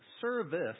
service